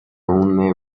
une